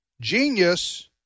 genius